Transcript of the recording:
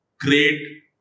great